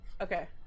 Okay